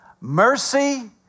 mercy